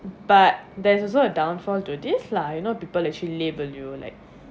but there is also a downfall to this lah you know people actually label you like